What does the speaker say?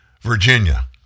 Virginia